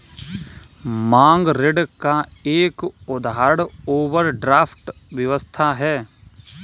मांग ऋण का एक उदाहरण ओवरड्राफ्ट व्यवस्था है